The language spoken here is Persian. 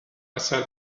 اثر